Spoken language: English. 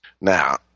Now